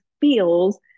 feels